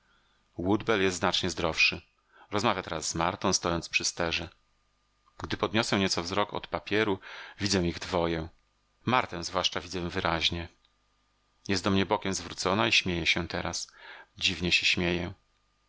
woodbell jest znacznie zdrowszy rozmawia teraz z martą stojąc przy sterze gdy podniosę nieco wzrok od papieru widzę ich dwoje martę zwłaszcza widzę wyraźnie jest do mnie bokiem zwrócona i śmieje się teraz dziwnie się śmieje